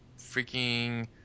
freaking